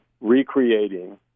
recreating